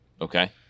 Okay